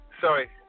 Sorry